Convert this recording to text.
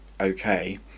okay